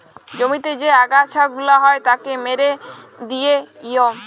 জমিতে যে আগাছা গুলা হ্যয় তাকে মেরে দিয়ে হ্য়য়